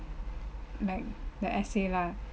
like the essay lah